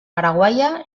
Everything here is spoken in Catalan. araguaia